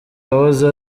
wahoze